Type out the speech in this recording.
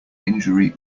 injury